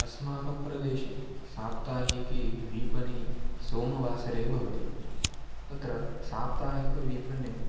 अस्माकं प्रदेशे साप्ताहिकी विपणिः सोमवासरे भवति तत्र साप्ताहिक विपणे